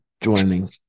joining